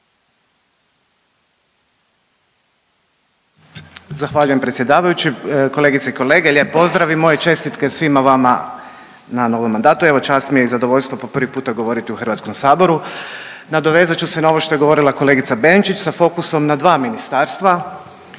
Zahvaljujem predsjedavajući. Kolegice i kolege, lijep pozdrav i moje čestitke svima vama na novom mandatu. Evo čast mi je i zadovoljstvo po prvi puta govoriti u HS. Nadovezat ću se na ovo što je govorila kolegica Benčić sa fokusom na dva ministarstva,